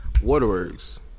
Waterworks